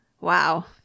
wow